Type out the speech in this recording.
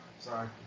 Sorry